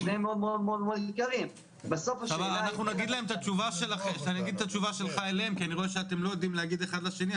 אז אני אגיד את התשובה שלך אליהם כי מראש אתם לא יודעים להגיד אחד לשני,